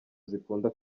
zikunda